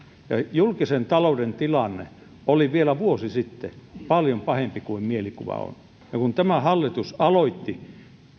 julkisen talouden tilanne oli vielä vuosi sitten paljon pahempi kuin mielikuva on kun tämä hallitus aloitti